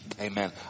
Amen